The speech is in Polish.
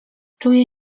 czuję